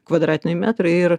kvadratiniai metrai ir